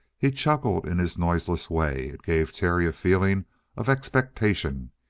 he chuckled in his noiseless way. it gave terry a feeling of expectation.